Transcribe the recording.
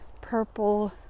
purple